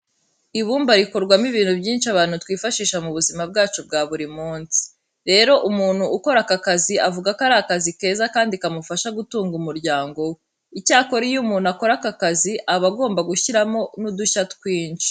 Ibumba rikorwamo ibintu byinshi abantu twifashisha mu buzima bwacu bwa buri munsi. Rero umuntu ukora aka kazi avuga ko ari akazi keza kandi kamufasha gutunga umuryango we. Icyakora iyo umuntu akora aka kazi aba agomba gushyiramo n'udushya twinshi.